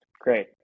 Great